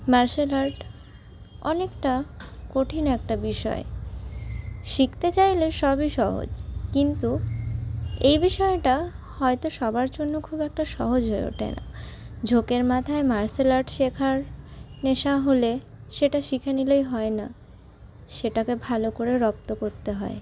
martial art অনেকটা কঠিন একটা বিষয় শিখতে চাইলে সবই সহজ কিন্তু এ বিষয়টা হয়তো সবার জন্য খুব একটা সহজ হয়ে ওঠে না ঝোঁকের মাথায় মার্শাল আর্ট শেখার নেশা হলে সেটা শিখে নিলেই হয় না সেটাকে ভালো করে রপ্ত করতে হয়